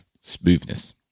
Smoothness